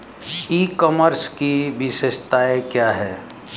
ई commerce की विशेषताएं क्या हैं?